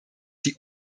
sie